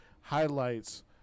highlights